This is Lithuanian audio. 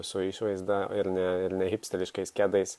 su išvaizda ir ne ir ne hipsteriškais kedais